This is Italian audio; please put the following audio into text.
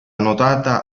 nuotata